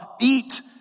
eat